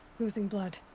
losing blood.